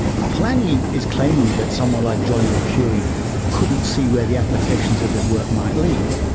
polanyi is claiming that someone like joliot-curie couldn't see where the applications of his work might lead,